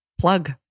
Plug